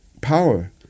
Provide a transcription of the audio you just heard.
power